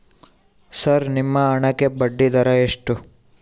Sir ನಿಮ್ಮ ಹಣಕ್ಕೆ ಬಡ್ಡಿದರ ಎಷ್ಟು?